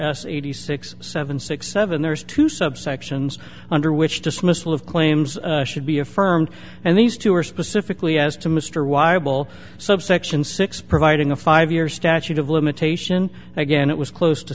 s eighty six seven six seven there's two subsections under which dismissal of claims should be affirmed and these two are specifically asked to mr wible subsection six providing a five year statute of limitation again it was close to